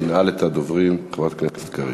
ותנעל את הדוברים חברת הכנסת קריב.